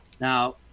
Now